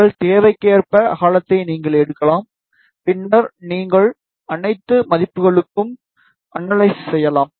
உங்கள் தேவைக்கேற்ப அகலத்தை நீங்கள் எடுக்கலாம் பின்னர் நீங்கள் அனைத்து மதிப்புகளுக்கும் அனலைசிஸ் செய்யலாம்